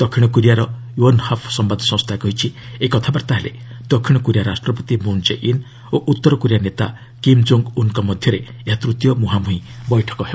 ଦକ୍ଷିଣ କୋରିଆର ୟୋନହାପ୍ ସମ୍ଭାଦ ସଂସ୍ଥା କହିଛି ଏହି କଥାବାର୍ତ୍ତା ହେଲେ ଦକ୍ଷିଣ କୋରିଆ ରାଷ୍ଟ୍ରପତି ମୁନ୍ ଜେ ଇନ୍ ଓ ଉତ୍ତର କୋରିଆ ନେତା କିମ୍ ଜୋଙ୍ଗ୍ ଉନ୍ଙ୍କ ମଧ୍ୟରେ ଏହା ତୃତୀୟ ମୁହାଁମୁହିଁ ବୈଠକ ହେବ